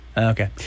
Okay